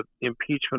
impeachment